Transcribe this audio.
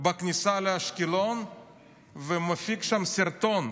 בכניסה לאשקלון ומפיק שם סרטון,